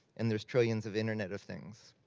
and there's trillions of internet of things.